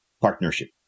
partnership